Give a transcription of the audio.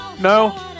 No